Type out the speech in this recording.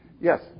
Yes